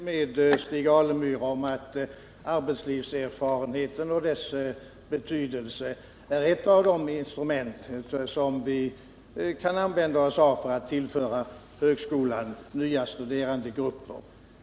Herr talman! Jag håller helt med Stig Alemyr om arbetslivserfarenhetens betydelse och att den är ett av de instrument som vi kan använda oss av för att tillföra högskolan nya studerandegrupper.